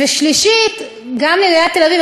ושלישית, גם לעיריית תל-אביב.